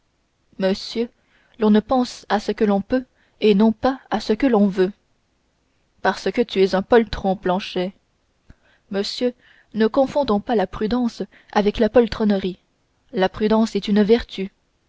monsieur l'on pense à ce que l'on peut et non pas à ce que l'on veut parce que tu es un poltron planchet monsieur ne confondons pas la prudence avec la poltronnerie la prudence est une vertu